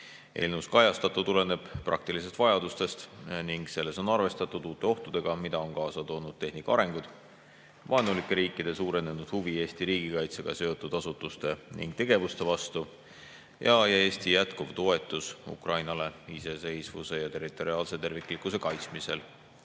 Eelnõus kajastatu tuleneb praktilistest vajadustest ning selles on arvestatud uute ohtudega, mida on kaasa toonud tehnika areng, vaenulike riikide suurenenud huvi Eesti riigikaitsega seotud asutuste ja tegevuste vastu ning Eesti jätkuv toetus Ukrainale iseseisvuse ja territoriaalse terviklikkuse kaitsmisel.